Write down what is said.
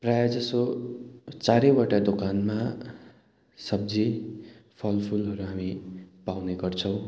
प्रायःजसो चारैवटा दोकानमा सब्जी फलफुलहरू हामी पाउने गर्छौँ